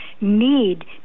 need